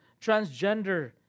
transgender